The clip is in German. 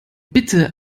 bitte